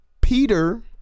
Peter